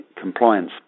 compliance